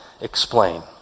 explain